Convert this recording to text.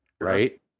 right